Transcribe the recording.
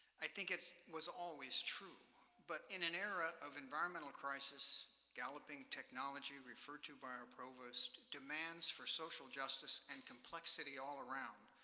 i think it was always true, but in an era of environmental crisis, galloping technology referred to by our provost, demands for social justice, and complexity all around,